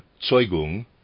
Zeugung